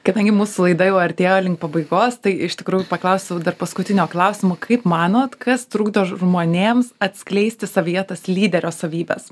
kadangi mūsų laida jau artėja link pabaigos tai iš tikrųjų paklausiu dar paskutinio klausimo kaip manot kas trukdo žmonėms atskleisti savyje tas lyderio savybes